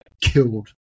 killed